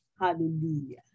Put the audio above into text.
Hallelujah